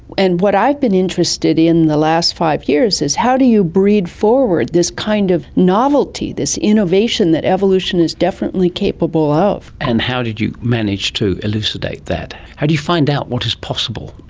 and what i've been interested in in the last five years is how do you breed forward this kind of novelty, this innovation that evolution is definitely capable of. and how did you manage to elucidate that? how do you find out what is possible?